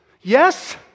Yes